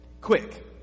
Quick